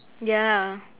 ya